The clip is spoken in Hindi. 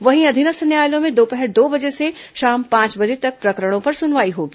वहीं अधीनस्थ न्यायालयों में दोपहर दो बजे से शाम पांच बजे तक प्रकरणों पर सुनवाई होगी